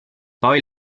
poi